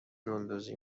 گلدوزی